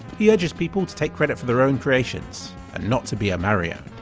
he urges people to take credit for their own creations and not to be a mariowned!